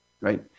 right